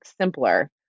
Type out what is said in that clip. simpler